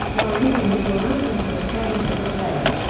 while leaving the door open to returning as a player.